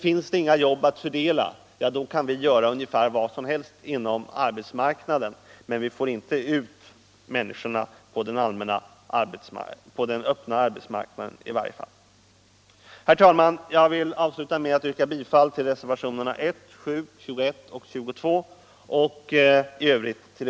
Finns det inga jobb att fördela — ja, då kan vi göra ungefär vad som helst på arbetsmarknaden, men vi får inte ut människorna på den öppna arbetsmarknaden i varje fall.